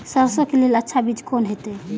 सरसों के लेल अच्छा बीज कोन होते?